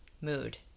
mood